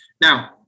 Now